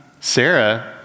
Sarah